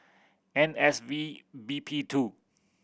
N S V B P two